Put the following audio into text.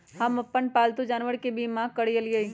हम अप्पन पालतु जानवर के बीमा करअलिअई